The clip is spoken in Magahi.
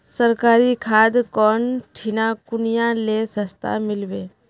सरकारी खाद कौन ठिना कुनियाँ ले सस्ता मीलवे?